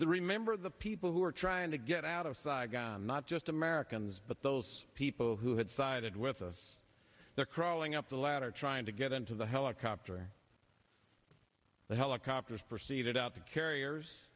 the remember the people who were trying to get out of saigon not just americans but those people who had sided with us there crawling up the ladder trying to get into the helicopter the helicopters proceeded out the carriers